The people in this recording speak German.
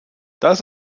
das